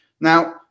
Now